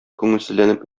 күңелсезләнеп